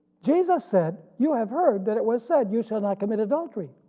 jesus said you have heard that it was said you shall not commit adultery,